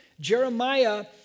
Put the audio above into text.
Jeremiah